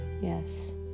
yes